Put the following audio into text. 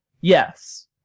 yes